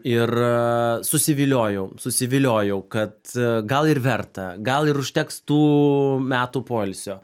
ir susiviliojau susiviliojau kad gal ir verta gal ir užteks tų metų poilsio